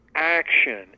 Action